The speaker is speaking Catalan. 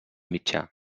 mitjà